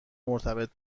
مرتبط